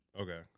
Okay